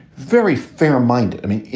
very fair minded. i mean,